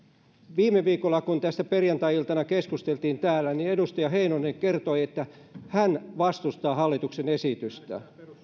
viime viikolla kun tästä perjantai iltana keskusteltiin täällä edustaja heinonen kertoi että hän vastustaa hallituksen esitystä